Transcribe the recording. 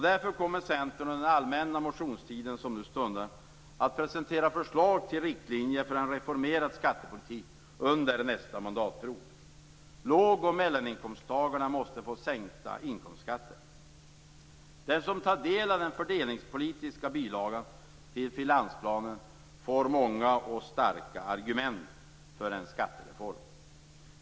Därför kommer Centern under den allmänna motionstiden som nu stundar att presentera förslag till riktlinjer för en reformerad skattepolitik under nästa mandatperiod. Låg och mellaninkomsttagarna måste få sänkta inkomstskatter. Den som tar del av den fördelningspolitiska bilagan till finansplanen får många och starka argument för en skattereform.